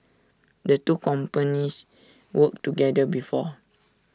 the two companies worked together before